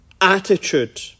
attitude